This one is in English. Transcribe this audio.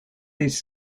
its